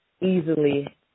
easily